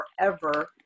forever